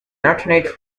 alternate